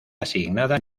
asignada